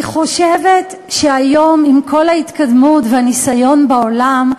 אני חושבת שהיום, עם כל ההתקדמות והניסיון בעולם,